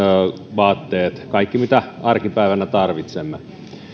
vaatteet kaikki mitä arkipäivänä tarvitsemme